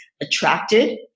attracted